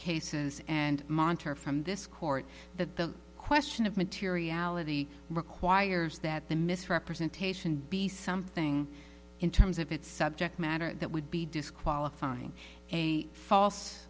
cases and monitor from this court that the question of materiality requires that the misrepresentation be something in terms of its subject matter that would be disqualifying a false